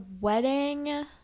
wedding